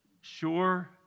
sure